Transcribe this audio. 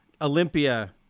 Olympia